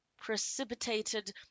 precipitated